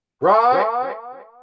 Right